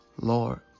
Lord